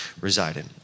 resided